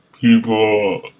people